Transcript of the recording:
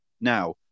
now